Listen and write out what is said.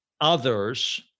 others